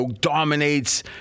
dominates